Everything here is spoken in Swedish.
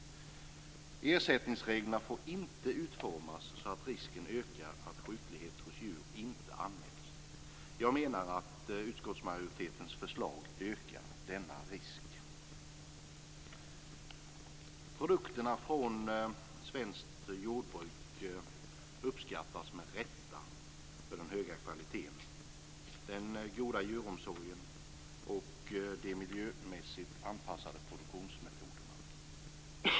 Ersättningsreglerna får inte utformas så att risken ökar att sjuklighet hos djur inte anmäls. Utskottsmajoritetens förslag ökar denna risk. Produkterna från svenskt jordbruk uppskattas med rätta för den höga kvaliteten, den goda djuromsorgen och de miljömässigt anpassade produktionsmetoderna.